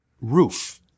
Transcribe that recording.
roof